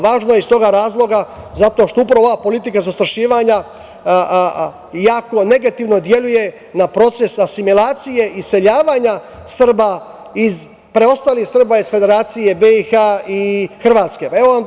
Važno je iz tog razloga zato što ova politika zastrašivanja jako negativno deluje na proces asimilacije, iseljavanja Srba preostalih Srba iz Federacije BiH i Hrvatske.